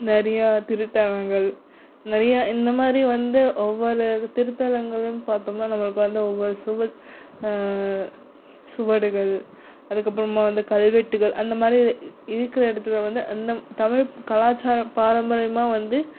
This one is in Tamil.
நிறையா திருத்தலங்கள் நிறையா இந்த மாதிரி வந்து ஒவ்வொரு திருத்தலங்களும் பார்த்தம்னா நம்மளுக்கு வந்து ஒவ்வொரு சுவ சுவடுகள் அதுக்கப்புறமா வந்து கல்வெட்டுகள் அந்த மாதிரி இருக்கிற இடத்துல வந்து அந்த தமிழ் கலாச்சாரம் பாரம்பரியமாக வந்து